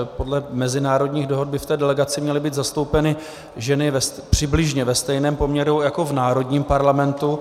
Podle mezinárodních dohod by v delegaci měly být zastoupeny ženy přibližně ve stejném poměru jako v národním parlamentu.